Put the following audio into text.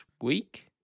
week